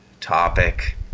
topic